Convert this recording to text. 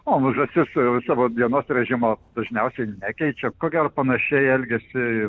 o nu žąsis su savo dienos režimo dažniausiai nekeičia ko gero panašiai elgiasi